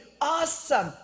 awesome